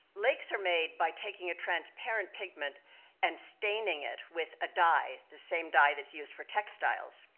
lakes are made by taking a transparent pigment and staining it with a dye, the same dye that's used for textiles.